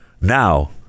Now